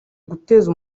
guteza